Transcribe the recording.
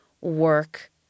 work